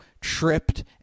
tripped